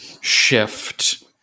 shift